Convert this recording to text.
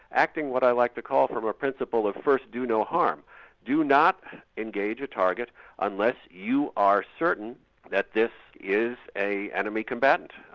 acting what i like to call from a principle of first do no harm do not engage a target unless you are certain that this is an enemy combatant,